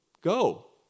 Go